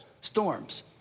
storms